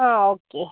ആ ഓക്കെ